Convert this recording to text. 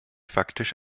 faktisch